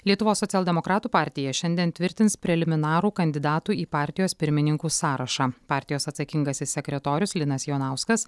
lietuvos socialdemokratų partija šiandien tvirtins preliminarų kandidatų į partijos pirmininkus sąrašą partijos atsakingasis sekretorius linas jonauskas